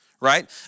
right